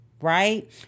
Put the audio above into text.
right